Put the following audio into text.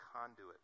conduit